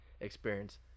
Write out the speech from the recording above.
experience